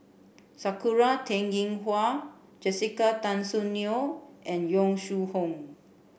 Sakura Teng Ying Hua Jessica Tan Soon Neo and Yong Shu Hoong